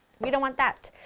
we don't want that!